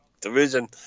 division